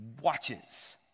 watches